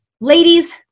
ladies